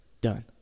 done